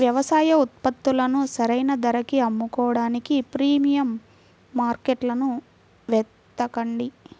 వ్యవసాయ ఉత్పత్తులను సరైన ధరకి అమ్ముకోడానికి ప్రీమియం మార్కెట్లను వెతకండి